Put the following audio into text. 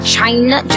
China